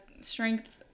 strength